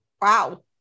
wow